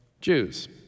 Jews